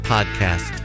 Podcast